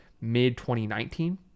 mid-2019